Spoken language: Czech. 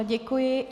Děkuji.